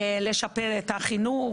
לשפר את החינוך,